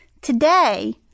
Today